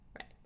right